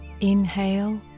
inhale